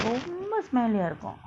ரொம்ப:romba smelly ah இருக்கு:irukku